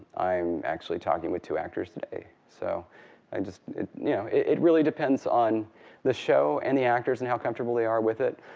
i'm actually talking with two actors today. so and it you know it really depends on the show, and the actors, and how comfortable they are with it.